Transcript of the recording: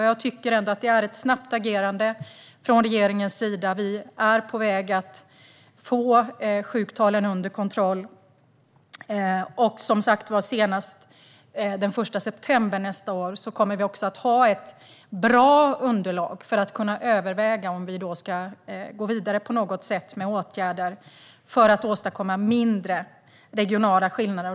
Jag tycker att regeringen agerar snabbt. Vi är på väg att få sjuktalen under kontroll. Senast den 1 september nästa år kommer vi som sagt att ha ett bra underlag för att kunna överväga om vi ska gå vidare med åtgärder för att åstadkomma minskade regionala skillnader.